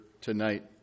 tonight